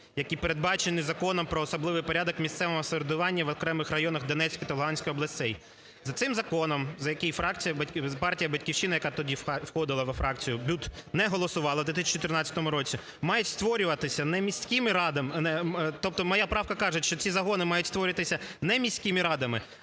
які передбачені Законом "Про особливий порядок місцевого самоврядування в окремих районах Донецької та Луганської областей". За цим законом, за який фракція, партія "Батьківщина", яка тоді входила у фракцію БЮТ, не голосувала у 2014 році, мають створюватися не міськими радами… Тобто моя правка каже, що ці загони мають створюватися не міськими радами,